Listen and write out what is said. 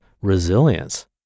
resilience